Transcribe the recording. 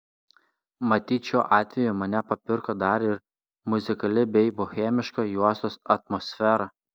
matyt šiuo atveju mane papirko dar ir muzikali bei bohemiška juostos atmosfera